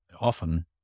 often